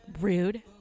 Rude